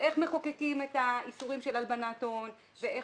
איך מחוקקים את האיסורים של הלבנת הון ואיך